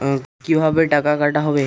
কিভাবে টাকা কাটা হবে?